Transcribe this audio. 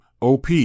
OP